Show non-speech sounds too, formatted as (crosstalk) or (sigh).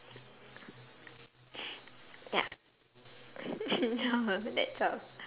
ya (laughs) no that's all